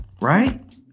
right